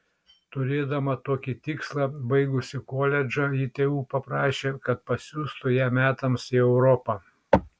turėdama tokį tikslą baigusi koledžą ji tėvų paprašė kad pasiųstų ją metams į europą